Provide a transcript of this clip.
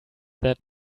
that